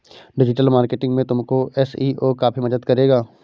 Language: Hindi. डिजिटल मार्केटिंग में तुमको एस.ई.ओ काफी मदद करेगा